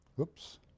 Oops